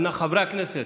חברי הכנסת,